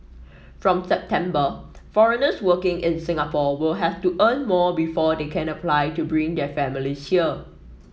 from September foreigners working in Singapore will have to earn more before they can apply to bring their families here